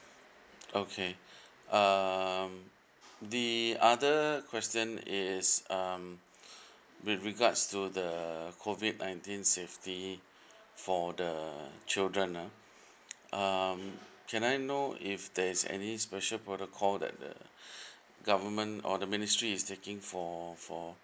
okay um the other the question is um with regards to the COVID Nineteen safety for the children ah can I know if there's any special protocol that the government or the ministry is taking for for